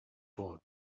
forward